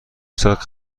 ساعت